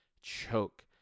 choke